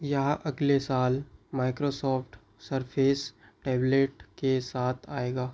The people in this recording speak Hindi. यह अगले साल माइक्रोसॉफ़्ट सर्फे़स टैबलेट के साथ आएगा